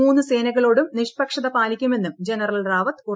മൂന്ന് സേനകളോടും നിഷ്പക്ഷത പാലിക്കുമെന്നും ജനറൽ റാവത്ത് നൽകി